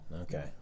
Okay